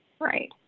Right